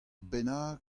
bennak